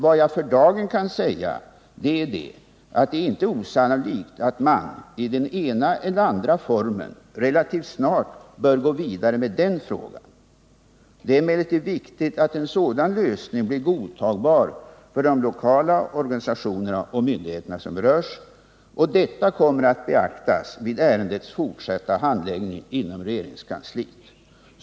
Vad jag för dagen kan säga är att det inte är osannolikt att man i den ena eller den andra formen relativt snart bör gå vidare med den frågan. Det är emellertid viktigt att en sådan lösning blir godtagbar för de lokala organisationerna och de myndigheter som berörs, och detta kommer att beaktas vid ärendets fortsatta behandling inom regeringskansliet.